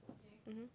mmhmm